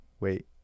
wait